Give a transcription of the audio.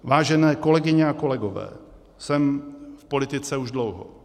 Vážené kolegyně a kolegové, jsem v politice už dlouho.